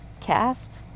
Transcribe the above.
cast